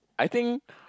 I think